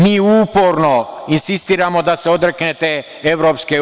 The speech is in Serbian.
Mi uporno insistiramo da se odreknete EU.